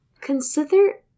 Consider